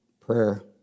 prayer